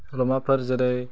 सल'माफोर जेरै